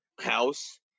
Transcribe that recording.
House